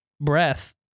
breath